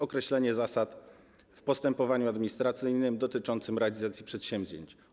Określenie zasad w postępowaniu administracyjnym dotyczącym realizacji przedsięwzięć.